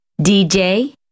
DJ